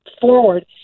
forward